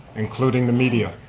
including the media.